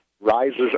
rises